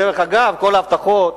דרך אגב, כל ההבטחות,